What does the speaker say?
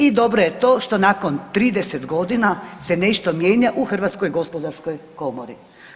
I dobro je to što nakon 30 godina se nešto mijenja u Hrvatskoj gospodarskoj komori.